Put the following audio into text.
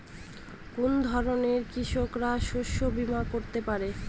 কোন ধরনের কৃষকরা শস্য বীমা করতে পারে?